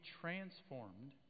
transformed